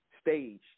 stage